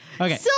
Okay